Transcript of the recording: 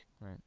Right